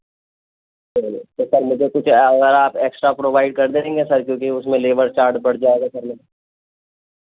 چلیے تو سر مجھے کچھ اگر آپ ایکسٹرا پروائڈ کر دیں گے سر کیونکہ اس میں لیبر چارج بڑ جائے گا سر